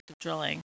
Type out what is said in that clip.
drilling